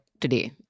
today